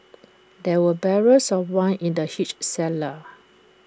there were barrels of wine in the huge cellar